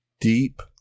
deep